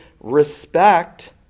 Respect